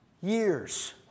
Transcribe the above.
years